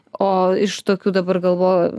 o iš tokių dabar galvoju